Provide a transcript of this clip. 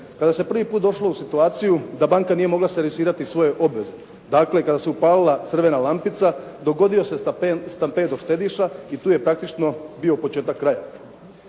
Kada se prvi put došlo u situaciju da banka nije mogla servisirati svoje obveze dakle kada se upalila crvena lampica dogodio se stampedo štediša i tu je praktično bio početak kraja.